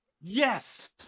Yes